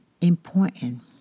important